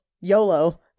YOLO